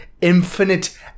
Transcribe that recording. Infinite